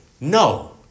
No